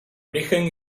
origen